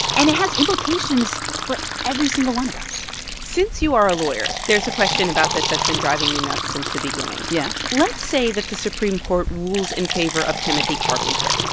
and it has implications for every single one of us since you are a lawyer, there's a question about this that's been driving me nuts since the beginning yeah let's say that the supreme court rules in favor of timothy carpenter.